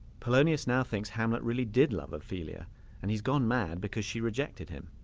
polonius now thinks hamlet really did love ophelia and he's gone mad because she rejected him.